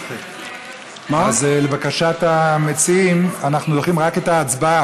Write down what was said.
אז לבקשת המציעים אנחנו דוחים רק את ההצבעה,